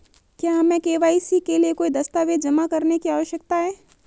क्या हमें के.वाई.सी के लिए कोई दस्तावेज़ जमा करने की आवश्यकता है?